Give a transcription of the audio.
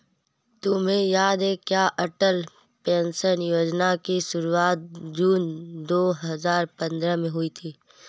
तुम्हें याद है क्या अटल पेंशन योजना की शुरुआत जून दो हजार पंद्रह में हुई थी?